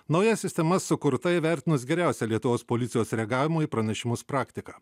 nauja sistema sukurta įvertinus geriausią lietuvos policijos reagavimo į pranešimus praktiką